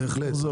בהחלט.